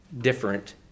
different